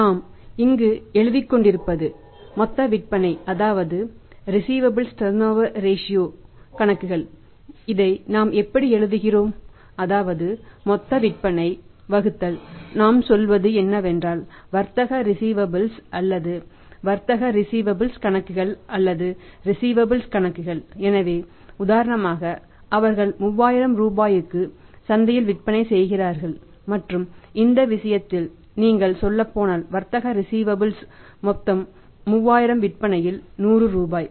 நாம் இங்கு எழுதிக் கொண்டிருப்பது மொத்தவிற்பனை அதாவது ரிஸீவபல்ஸ் டர்நோவர ரேஷியோ மொத்த 3000 விற்பனையில் 100 ரூபாய்